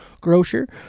grocer